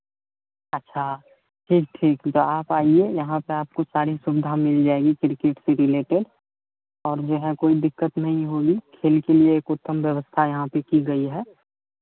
अच्छा ठीक ठीक तो आप आइए यहाँ पर आपको सारी सुविधा मिल जाएगी क्रिकेट से रिलेटेड और जो है कोई दिक्कत नहीं होगी खेल के लिए एक उत्तम व्यवस्था यहाँ पे की गई है